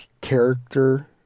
character